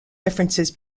differences